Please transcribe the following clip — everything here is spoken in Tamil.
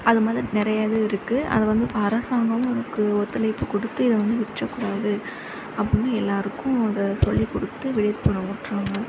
அதுமாதிரி நிறையவே இருக்குது அது வந்து அரசாங்கமும் அதுக்கு ஒத்துழைப்பு கொடுத்து இதை வந்து விட்டுடக்கூடாது அப்படின்னு எல்லாருக்கும் இதை சொல்லிக் கொடுத்து விழிப்புணர்வு ஊட்டுறாங்க